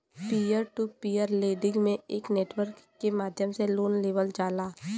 peer to peer lending में एक network के माध्यम से लोन लेवल जाला